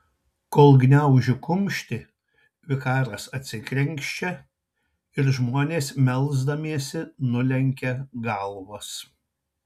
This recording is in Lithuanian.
kol gniaužiu kumštį vikaras atsikrenkščia ir žmonės melsdamiesi nulenkia galvas